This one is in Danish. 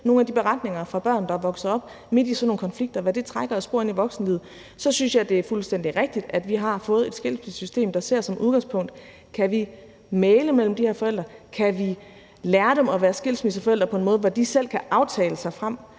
nogle af de beretninger fra børn, der er vokset op midt i sådan nogle konflikter, og hvad det trækker af spor ind i voksenlivet. Så synes jeg, det er fuldstændig rigtigt, at vi har fået et skilsmissesystem, der ser som udgangspunkt: Kan vi mægle mellem de her forældre? Kan vi lære dem at være skilsmisseforældre på en måde, hvor de selv kan aftale sig frem,